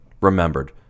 remembered